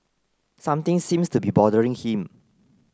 something seems to be bothering him